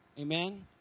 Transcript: Amen